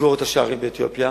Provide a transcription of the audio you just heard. לסגור את השערים לאתיופיה,